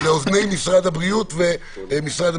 לאוזני משרד הבריאות והמשפטים.